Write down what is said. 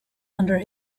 under